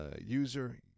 user